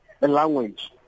language